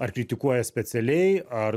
ar kritikuoja specialiai ar